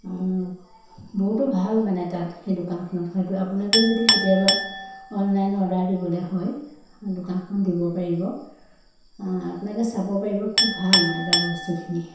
বহুতো ভাল মানে তাত সেই দোকানখনত হয়তো আপোনালোকেও যদি কেতিয়াবা অনলাইন অৰ্ডাৰ দিবলৈ হয় দোকানখন দিব পাৰিব আপোনালোকে চাব পাৰিব খুব ভাল মানে তাৰ বস্তুখিনি